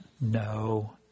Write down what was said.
No